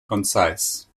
concise